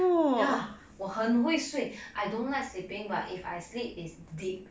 ya 我很会说 I don't like sleeping but if I sleep is deep